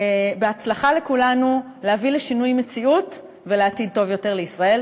בהצלחה לכולנו בהבאת שינוי מציאות ועתיד טוב יותר לישראל.